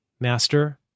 master